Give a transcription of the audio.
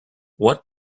what